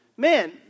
Man